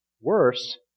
Worse